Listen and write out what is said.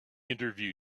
interview